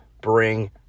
bring